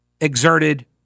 exerted